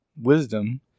wisdom